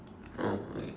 oh okay